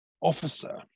officer